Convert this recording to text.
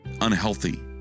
unhealthy